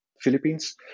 Philippines